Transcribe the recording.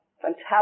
fantastic